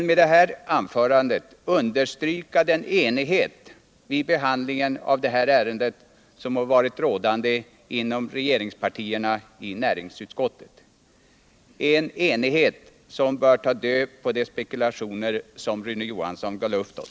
Med mitt anförande vill jag understryka den enighet som vid behandlingen av detta ärende har varit rådande hos regeringspartiernas representanter i näringsutskottet. Denna enighet bör kunna ta död på de spekulationer som Rune Johansson gav luft åt.